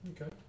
Okay